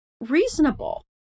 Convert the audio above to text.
reasonable